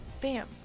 Bam